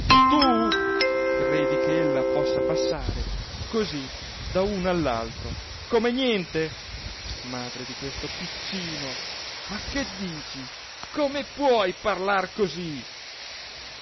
tu credi che ella possa passare così da uno all'altro come niente madre di questo piccino ma che dici come puoi parlar così